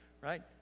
right